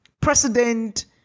President